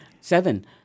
Seven